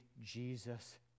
Jesus